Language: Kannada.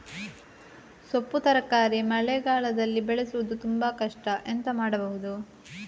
ಸೊಪ್ಪು ತರಕಾರಿ ಮಳೆಗಾಲದಲ್ಲಿ ಬೆಳೆಸುವುದು ತುಂಬಾ ಕಷ್ಟ ಎಂತ ಮಾಡಬಹುದು?